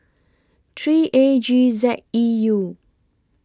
three A G Z E U